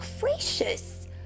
Gracious